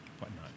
whatnot